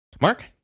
Mark